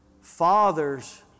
Fathers